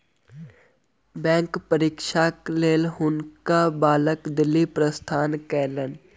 bank परीक्षाक लेल हुनका बालक दिल्ली प्रस्थान कयलैन